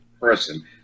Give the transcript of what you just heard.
person